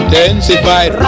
Intensified